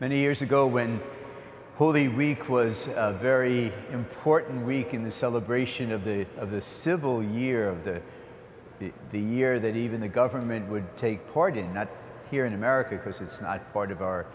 many years ago when holy week was a very important week in the celebration of the of the civil year of the the year that even the government would take part in not here in america because it's not part o